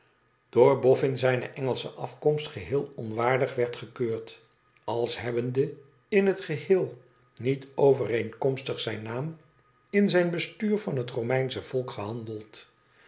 bofen zijne engelsche afkomst geheel onwaardig werd gekeurd als hebbende in het geheel niet overeenkom stig zijn naam in zijn bestuur van het romeinsche volk gehandeld